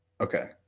Okay